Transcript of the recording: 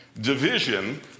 Division